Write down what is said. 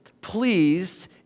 pleased